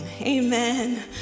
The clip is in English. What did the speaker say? Amen